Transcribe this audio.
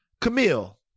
Camille